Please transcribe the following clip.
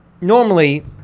normally